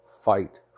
fight